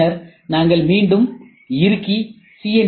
பின்னர் நாங்கள் மீண்டும் இறுக்கி சி